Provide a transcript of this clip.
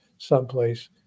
someplace